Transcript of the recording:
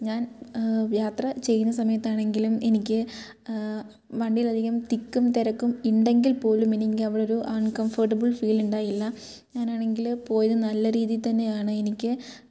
ഞാൻ യാത്ര ചെയ്യുന്ന സമയത്താണെങ്കിലും എനിക്ക് വണ്ടിയിലധികം തിക്കും തിരക്കും ഉണ്ടെങ്കിൽ പോലും എനിക്കവിടെയൊരു അൺകംഫർട്ടബിൾ ഫീല് ഉണ്ടായില്ല ഞാനാണെങ്കിൽ പോയത് നല്ല രീതിയിൽ തന്നെയാണ് എനിക്ക്